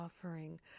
offering